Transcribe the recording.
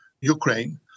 Ukraine